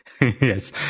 Yes